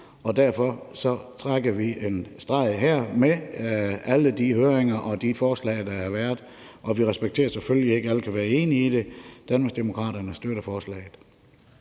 og derfor trækker vi en streg her med alle de høringer og de forslag, der har været, og vi respekterer selvfølgelig, at ikke alle kan være enige i det. Danmarksdemokraterne støtter forslaget.